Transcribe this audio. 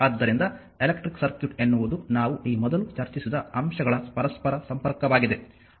ಆದ್ದರಿಂದ electric circuit ಎನ್ನುವುದು ನಾವು ಈ ಮೊದಲು ಚರ್ಚಿಸಿದ ಅಂಶಗಳ ಪರಸ್ಪರ ಸಂಪರ್ಕವಾಗಿದೆ